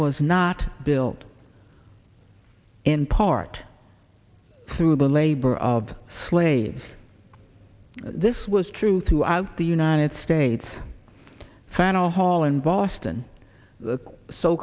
was not built in part through the labor of slaves this was true throughout the united states fana hall in boston the so